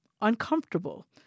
uncomfortable